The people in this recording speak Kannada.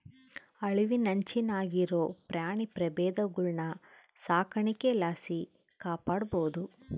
ಅಳಿವಿನಂಚಿನಾಗಿರೋ ಪ್ರಾಣಿ ಪ್ರಭೇದಗುಳ್ನ ಸಾಕಾಣಿಕೆ ಲಾಸಿ ಕಾಪಾಡ್ಬೋದು